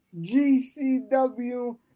GCW